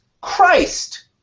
Christ